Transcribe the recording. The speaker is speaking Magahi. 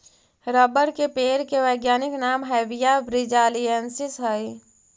रबर के पेड़ के वैज्ञानिक नाम हैविया ब्रिजीलिएन्सिस हइ